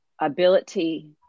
ability